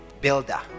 builder